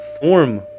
form